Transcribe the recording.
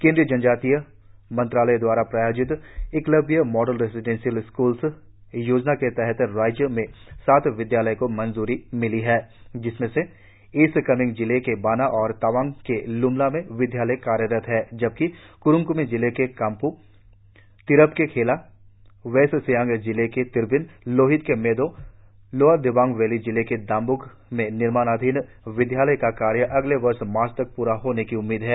केंद्रीय जनजातीय मंत्रालय दवारा प्रायोजित एकलव्य मॉडल रेजिडेंसियल स्क्ल्स योजना के तहत राज्य में सात विद्यालयों को मंजूरी मिली है जिसमे से ईस्ट कामेंग जिले के बाना और तवांग के लुमला में विद्यालय कार्यरत है जबकि क्रुंग क्मे जिले के काम्पू तिरप के खेला वेस्ट सियांग जिले के तिरबिन लोहित के मेडो लोअर दिबांग वैली जिले के दामब्क में निर्माणाधीन विद्यालय का कार्य अगले वर्ष मार्च तक प्रा होने की उम्मीद है